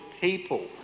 people